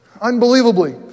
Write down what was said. Unbelievably